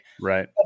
Right